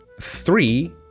three